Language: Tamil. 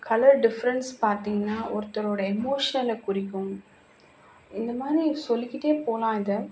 கலர் டிஃப்ரென்ட்ஸ் பார்த்தீங்கன்னா ஒருத்தரோடய எமோஷனை குறிக்கும் இந்த மாதிரி சொல்லிக்கிட்டே போகலாம் இதை